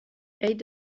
ate